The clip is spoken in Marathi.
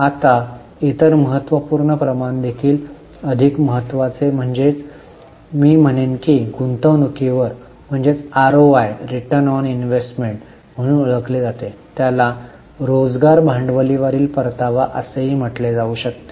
आता इतर महत्त्वपूर्ण प्रमाणदेखील अधिक महत्त्वाचे म्हणजे मी म्हणेन की गुंतवणूकीवर आरओआय रिटर्न म्हणून ओळखले जाते त्याला रोजगार भांडवलावरील परतावा असेही म्हटले जाऊ शकते